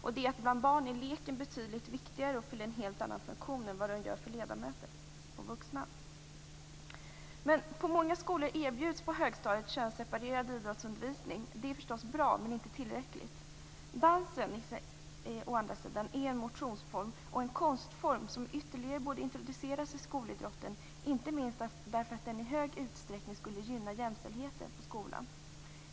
Bland barn är leken betydligt viktigare och fyller en helt annan funktion än vad den gör för ledamöter och andra vuxna. På många skolor erbjuds på högstadiet könsseparerad idrottsundervisning. Det är förstås bra, men det är inte tillräckligt. Dansen, å andra sidan, är en motionsform och en konstform som ytterligare borde introduceras i skolidrotten - inte minst för att detta i stor utsträckning skulle gynna jämställdheten på skolan.